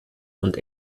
und